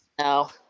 No